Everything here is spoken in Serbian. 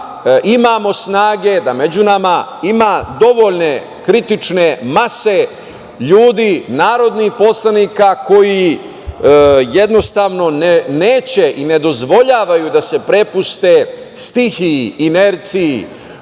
imamo snage, da među nama ima dovoljne kritične mase ljudi, narodnih poslanika koji jednostavno neće i ne dozvoljavaju da se prepuste stihiji, inerciji,